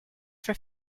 for